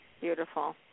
Beautiful